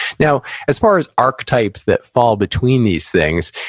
now, as far as archetypes that fall between these things,